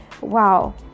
wow